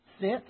Sit